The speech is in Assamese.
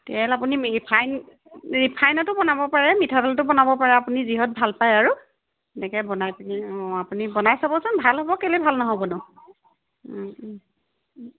তেল আপুনি ৰিফাইন ৰিফাইনতো বনাব পাৰে মিঠাতেলতো বনাব পাৰে আপুনি যিহত ভাল পায় আৰু তেনেকৈ বনাই পিনে অঁ আপুনি বনাই চাবচোন ভাল হ'ব কেলৈ ভাল নহ'বনো